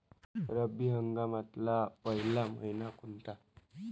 रब्बी हंगामातला पयला मइना कोनता?